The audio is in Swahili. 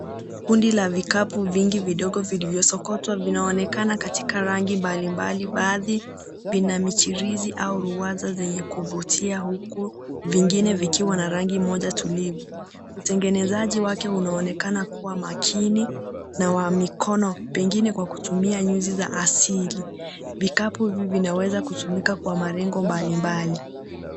Kundi la vikapu vingi vidogo vilivyosokotwa, vinaonekana katika rangi mbalimbali. Baadhi vina michiriza au ruwaza zenye kuvutia huku vingine vikiwa na rangi moja tulivu. Utengenezaji wake unaonekana kuwa makini na wa mikono pengine kwa kutumia nyuzi za asili. Vikapu hivi vinaweza kutumika kwa malengo mbalimbali.